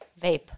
vape